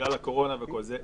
בגלל הקורונה וכל זה.